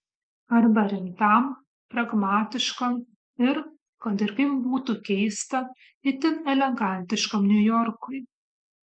arba rimtam pragmatiškam ir kad ir kaip būtų keista itin elegantiškam niujorkui